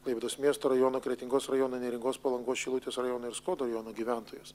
klaipėdos miesto rajono kretingos rajono neringos palangos šilutės rajono ir skuodo rajono gyventojus